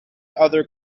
other